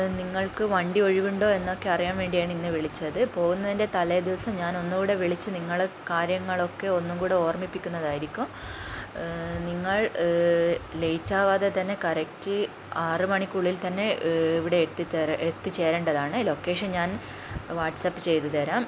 നിങ്ങൾക്ക് വണ്ടി ഒഴിവുണ്ടോ എന്നൊക്കെ അറിയാൻ വേണ്ടിയാണ് ഇന്ന് വിളിച്ചത് പോവുന്നതിൻ്റെ തലേ ദിവസം ഞാൻ ഒന്നും കൂടെ വിളിച്ച് നിങ്ങളെ കാര്യങ്ങളൊക്കെ ഒന്നും കൂടെ ഓർമ്മിപ്പിക്കുന്നതായിരിക്കും നിങ്ങൾ ലേറ്റ് ആവാതെ തന്നെ കറക്റ്റ് ആറ് മണിക്ക് ഉള്ളിൽ തന്നെ ഇവിടെ എത്തിത്തര എത്തിച്ചേരേണ്ടതാണ് ലൊക്കേഷൻ ഞാൻ വാട്ട്സപ്പ് ചെയ്ത് തരാം